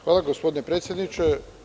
Hvala gospodine predsedniče.